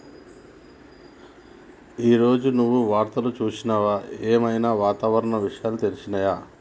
ఈ రోజు నువ్వు వార్తలు చూసినవా? ఏం ఐనా వాతావరణ విషయాలు తెలిసినయా?